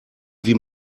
wie